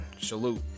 Salute